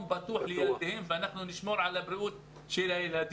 בטוח לילדיהם ואנחנו נשמור על בריאות הילדים.